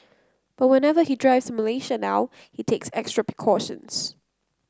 but whenever he drives Malaysia now he takes extra precautions